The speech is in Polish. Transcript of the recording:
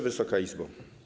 Wysoka Izbo!